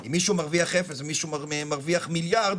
אם מישהו מרוויח אפס ומישהו מרוויח מיליארד,